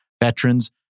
veterans